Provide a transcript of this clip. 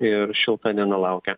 ir šilta nenulaukia